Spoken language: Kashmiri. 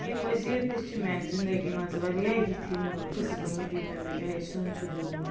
اَمہِ مزید تہِ چھِ میٛانہِ زندگی منٛز واریاہ یِتھۍ یِم قصہٕ گٔمٕتۍ ییٚمہِ دۄہ مےٚ چاہے سیٛن چھُ دوٚدمُت